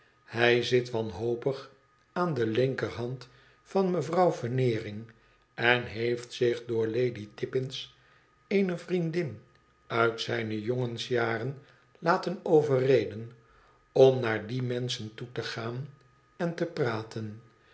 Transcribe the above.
hij zit wanhopig aan de linkerhand van mevrouw veneering en heeft zich door lady tippins eene vriendin uit zijne jongensjaren laten overreden om naar die menschen toe te gaan en te praten